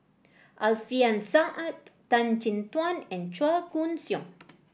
Alfian Sa'at Tan Chin Tuan and Chua Koon Siong